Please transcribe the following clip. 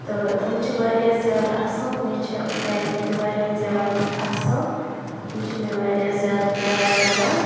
تہٕ تِم چھِ واریاہ زیادٕ اَصٕل مےٚ چھِ گَرِکۍ تہِ واریاہ زیادٕ اَصٕل تِم چھِ مےٚ واریاہ زیادٕ پیار کَران